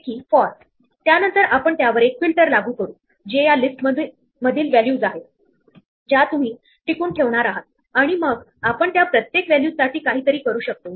Q आणि stack हे दोघेही आपण बिल्ट इन लिस्ट वापरून सहज इम्प्लिमेंट करू शकतो